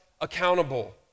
accountable